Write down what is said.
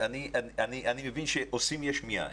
אני מבין שעושים יש מאין.